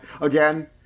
Again